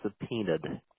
subpoenaed